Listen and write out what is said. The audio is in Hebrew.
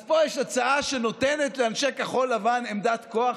אז פה יש הצעה שנותנת לאנשי כחול לבן עמדת כוח,